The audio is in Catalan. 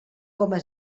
coma